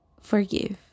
forgive